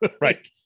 Right